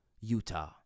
Utah